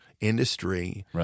industry